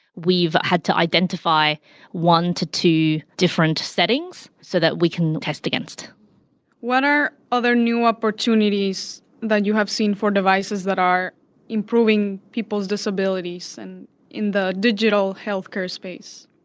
we've had to identify one to two different settings so that we can test against what are other new opportunities that you have seen for devices that are improving people's disabilities and in the digital healthcare space?